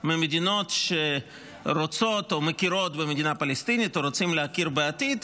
ממדינות שרוצות או מכירות במדינה פלסטינית או רוצות להכיר בעתיד,